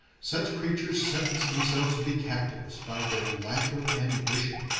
such creatures sentence themselves to be captives, by their lack of ambition.